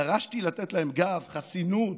דרשתי לתת להם גב, חסינות,